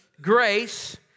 grace